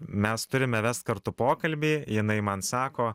mes turime vest kartu pokalbį jinai man sako